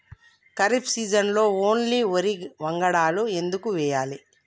ఖరీఫ్ సీజన్లో ఓన్లీ వరి వంగడాలు ఎందుకు వేయాలి?